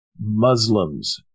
Muslims